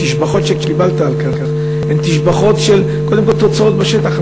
התשבחות שקיבלת על כך הן תשבחות על תוצאות בשטח.